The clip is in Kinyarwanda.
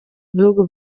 bihugu